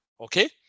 okay